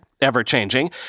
ever-changing